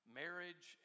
marriage